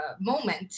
moment